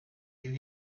you